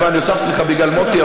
אני הוספתי לך בגלל מוטי,